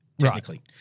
technically